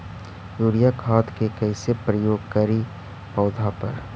Urea खाद के कैसे प्रयोग करि पौधा पर?